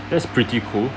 that's pretty cool